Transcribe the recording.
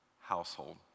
household